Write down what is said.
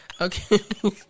Okay